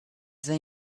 they